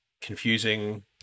confusing